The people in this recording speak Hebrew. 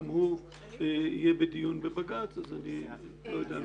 גם הוא יהיה בדיון בבג"ץ ולכן אני לא יודע לומר.